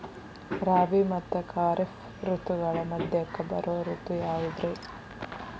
ರಾಬಿ ಮತ್ತ ಖಾರಿಫ್ ಋತುಗಳ ಮಧ್ಯಕ್ಕ ಬರೋ ಋತು ಯಾವುದ್ರೇ?